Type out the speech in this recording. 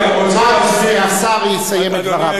כבוד השר יסיים את דבריו.